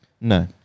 No